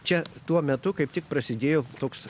čia tuo metu kaip tik prasidėjo toks